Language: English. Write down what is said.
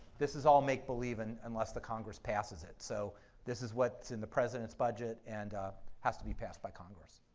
this is all make-believe and unless the congress passes it, so this is what's in the president's budget and has to be passed by congress.